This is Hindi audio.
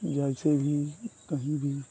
जैसे भी कहीं भी